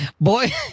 Boy